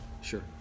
Sure